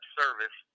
service